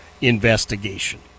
investigation